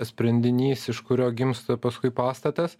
sprendinys iš kurio gimsta paskui pastatas